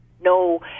no